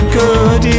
good